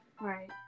right